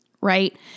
right